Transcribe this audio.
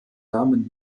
namen